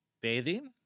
Bathing